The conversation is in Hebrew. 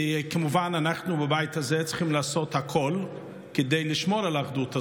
כמובן שאנחנו בבית הזה צריכים לעשות הכול כדי לשמור על האחדות הזאת,